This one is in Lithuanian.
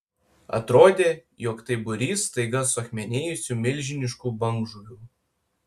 atrodė jog tai būrys staiga suakmenėjusių milžiniškų bangžuvių